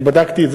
אני בדקתי את זה,